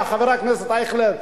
חבר הכנסת אייכלר,